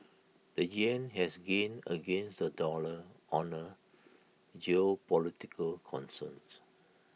the Yen has gained against the dollar on A geopolitical concerns